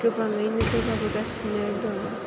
गोबाङैनो जौगाबोगासिनो दं